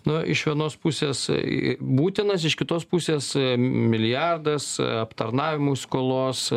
nu iš vienos pusės būtinas iš kitos pusės milijardas aptarnavimų skolos